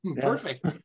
perfect